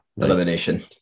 elimination